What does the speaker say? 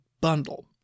bundle